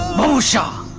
babhusha.